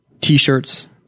t-shirts